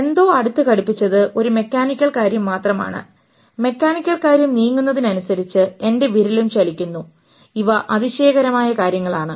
എന്തോ അടുത്ത് ഘടിപ്പിച്ചത് ഒരു മെക്കാനിക്കൽ കാര്യം മാത്രമാണ് മെക്കാനിക്കൽ കാര്യം നീങ്ങുന്നതിനനുസരിച്ച് എൻറെ വിരലും ചലിക്കുന്നു ഇവ അതിശയകരമായ കാര്യങ്ങളാണ്